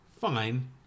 fine